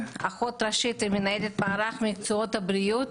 אני אשמח לראות מקופות החולים,